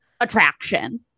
attraction